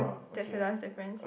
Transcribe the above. that's the last difference